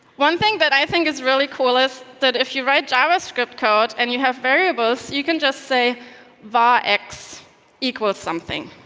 one thing that i think is really cool is that if you write javascript code, and you have variables, you can just say var x equals something.